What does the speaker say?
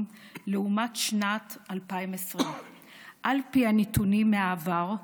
לעומת שנת 2020. על פי הנתונים מהעבר,